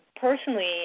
personally